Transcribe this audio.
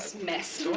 mess!